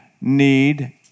need